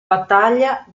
battaglia